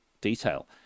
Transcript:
detail